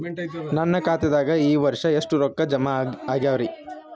ನನ್ನ ಖಾತೆದಾಗ ಈ ವರ್ಷ ಎಷ್ಟು ರೊಕ್ಕ ಜಮಾ ಆಗ್ಯಾವರಿ?